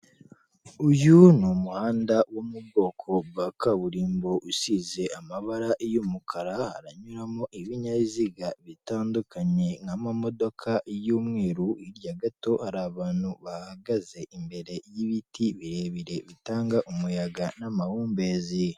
Uyu ni umuhanda wo mu bwoko bwa kaburimbo usize amabara y'umukara, haranyuramo ibinyabiziga bitandukanye nk'amamodoka y'umweru irya gato hari abantu bahagaze imbere y'ibiti birebire bitanga umuyaga n'amahumbezi.